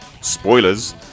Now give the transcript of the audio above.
Spoilers